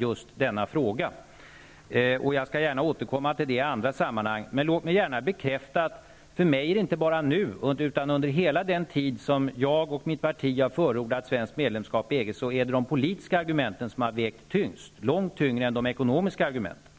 just denna fråga, och jag skall gärna återkomma till den i andra sammanhang. Låt mig gärna bekräfta att det under hela den tid som jag och mitt parti har förordat svenskt medlemskap i EG har varit de politiska argumenten som varit tyngst vägande -- långt tyngre än de ekonomiska argumenten.